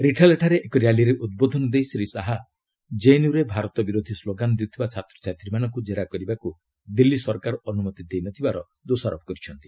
ରିଠାଲା ଠାରେ ଏକ ର୍ୟାଲିରେ ଉଦ୍ବୋଧନ ଦେଇ ଶ୍ରୀ ଶାହା ଜେଏନ୍ୟୁରେ ଭାରତ ବିରୋଧୀ ସ୍କୋଗାନ୍ ଦେଉଥିବା ଛାତ୍ରଛାତ୍ରୀମାନଙ୍କୁ କେରା କରିବାକୁ ଦିଲ୍ଲୀ ସରକାର ଅନୁମତି ଦେଇନଥିବାର ଦୋଷାରୋପ କରିଛନ୍ତି